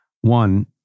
One